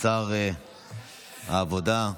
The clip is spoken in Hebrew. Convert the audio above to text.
שר העבודה.